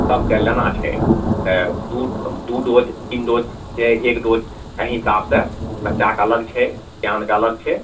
सबके लेना छै दू दू डोज तीन डोज छै एक डोज एहि हिसाबसँ बच्चाके अलग छै सेआन कऽ अलग छै